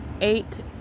eight